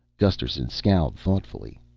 gusterson scowled thoughtfully.